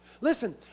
Listen